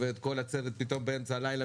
וכל הצוות פתאום באמצע הלילה,